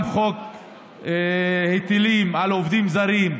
גם חוק היטלים על עובדים זרים,